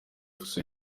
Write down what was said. fuso